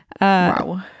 Wow